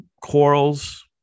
corals